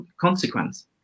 consequence